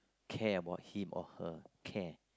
care about him or her care